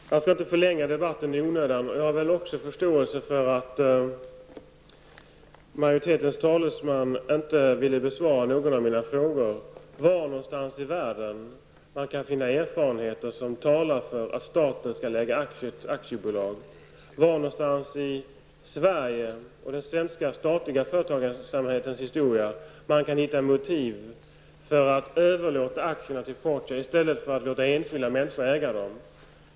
Herr talman! Jag skall inte förlänga debatten i onödan. Jag har också förståelse för att majoritetens talesman inte ville besvara någon av mina frågor om var någonstans i världen man kan finna erfarenheter som talar för att staten skall placera aktier i ett aktiebolag, och var man i Sverige och den svenska statliga företagssamhetens historia kan finna motiv för att överlåta aktierna till Fortia i stället för att låta enskilda människor äga dem.